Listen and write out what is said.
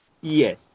Yes